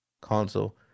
console